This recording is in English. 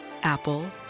Apple